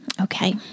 Okay